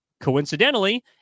coincidentally